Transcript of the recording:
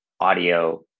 audio